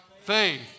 faith